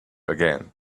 again